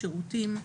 שירותים,